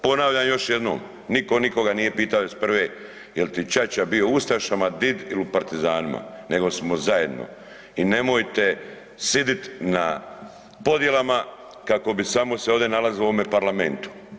Ponavljam još jednom, niko nikoga nije pitao '91. jel ti ćaća bio ustaša ili djed ili u partizanima nego smo zajedno i nemojte sjedit na podjelama kak bi samo se ovdje nalazilo u ovom parlamentu.